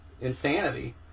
insanity